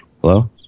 Hello